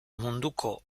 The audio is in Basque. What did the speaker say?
munduko